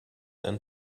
and